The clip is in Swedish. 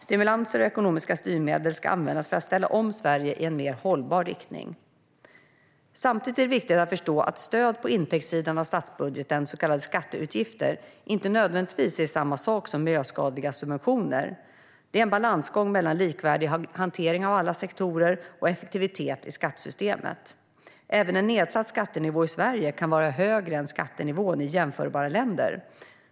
Stimulanser och ekonomiska styrmedel ska användas för att ställa om Sverige i en mer hållbar riktning. Samtidigt är det viktigt att förstå att stöd på intäktssidan av statsbudgeten, så kallade skatteutgifter, inte nödvändigtvis är samma sak som miljöskadliga subventioner. Det är en balansgång mellan likvärdig hantering av alla sektorer och effektivitet i skattesystemet. Även en nedsatt skattenivå i Sverige kan vara högre än skattenivån i jämförbara länder.